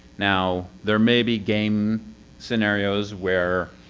now, there may be game scenarios where